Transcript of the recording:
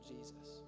Jesus